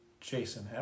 Jason